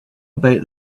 about